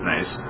Nice